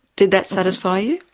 did that satisfy you?